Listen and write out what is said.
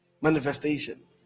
Manifestation